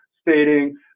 stating